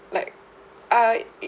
like err it it